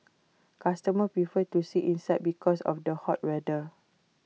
customers prefer to sit inside because of the hot weather